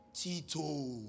Tito